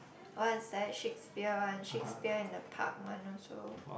what's that Shakespeare one Shakespeare in the Park one also